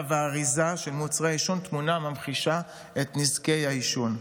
ואריזה של מוצרי העישון תמונה הממחישה את נזקי העישון,